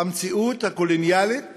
המציאות הקולוניאלית